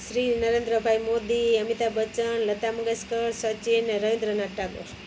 શ્રી નરેન્દ્ર ભાઈ મોદી અમિતાભ બચ્ચન લતા મંગેશકર સચિનને રવીન્દ્રનાથ ટાગોર